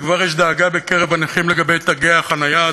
וכבר יש דאגה בקרב הנכים לגבי תגי החניה,